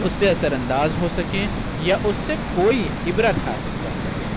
اُس سے اثر انداز ہوسکیں یا اُس سے کوئی عبرت حاصل کر سکیں